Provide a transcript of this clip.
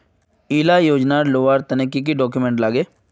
इला योजनार लुबार तने की की डॉक्यूमेंट लगे?